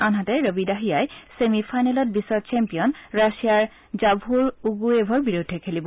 আনহাতে ৰবি দহিয়াই চেমি ফাইনেলত বিখ্ চেম্পিয়ন ৰাছিয়াৰ জাভুৰ উগুয়েভৰ বিৰুদ্ধে খেলিব